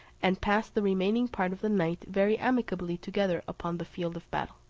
and passed the remaining part of the night very amicably together upon the field of battle.